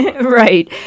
Right